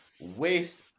waste